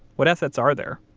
what assets are there?